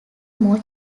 more